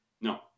No